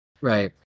Right